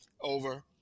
over